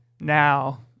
now